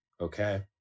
Okay